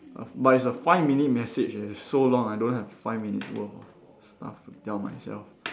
of by it's a five minute message leh it's so long I don't have five minutes worth of stuff to tell myself